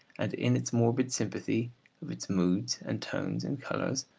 and in its morbid sympathy of its moods, and tones, and colours,